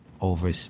over